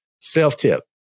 self-tip